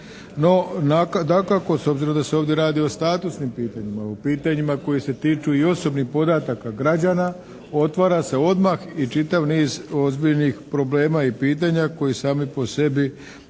No, dakako, s obzirom da se ovdje radi o statusnim pitanjima, o pitanjima koji se tiču i osobnih podataka građana, otvara se odmah i čitav niz ozbiljnih problema i pitanja koji sami po sebi zahtijevaju